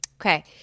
Okay